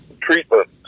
treatment